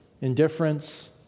indifference